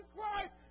Christ